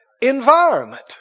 environment